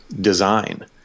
design